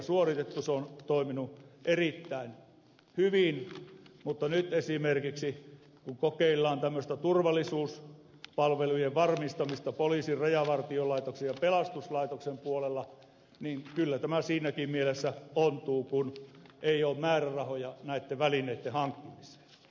se on toiminut erittäin hyvin mutta nyt esimerkiksi kun kokeillaan turvallisuuspalvelujen varmistamista poliisin rajavartiolaitoksen ja pelastuslaitoksen puolella niin kyllä tämä siinäkin mielessä ontuu kun ei ole määrärahoja näitten välineitten hankkimiseen